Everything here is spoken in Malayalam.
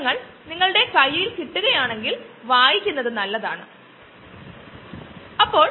അപ്പോൾ എങ്ങനെയാണ് എത്തനോൾ ആയിട്ടുള്ള കോൺ എടുക്കുന്നത് അത് ഒരു ബയോ ഫ്യുയൽ ആയി ഉപയോഗിക്കുന്നു